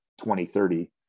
2030